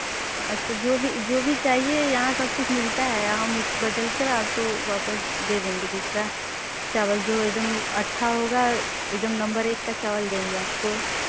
अच्छा जो भी जो भी चाहिए यहाँ सब कुछ मिलता है हम उसको बदल कर आप को वापस दे देंगे दूसरा चावल जो एकदम अच्छा होगा एकदम नम्बर एक का चावल देंगे आपको